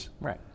Right